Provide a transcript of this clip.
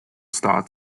star